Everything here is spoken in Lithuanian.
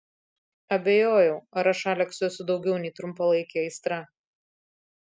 abejojau ar aš aleksui esu daugiau nei trumpalaikė aistra